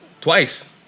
Twice